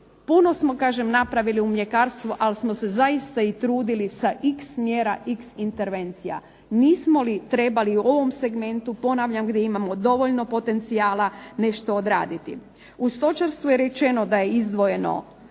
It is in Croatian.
Puno smo kažem napravili u mljekarstvu, ali smo se zaista i trudili sa iks mjera, iks intervencija. Nismo li trebali u ovom segmentu, ponavljam, gdje imamo dovoljno potencijala nešto odraditi? U stočarstvu je rečeno da je izdvojeno